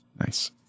Nice